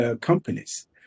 companies